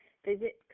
Visit